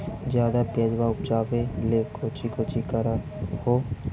ज्यादा प्यजबा उपजाबे ले कौची कौची कर हो?